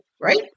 right